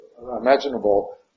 imaginable